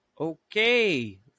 Okay